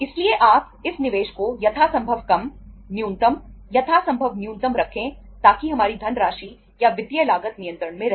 इसलिए आप इस निवेश को यथासंभव कम न्यूनतम यथासंभव न्यूनतम रखें ताकि हमारी धनराशि या वित्तीय लागत नियंत्रण में रहे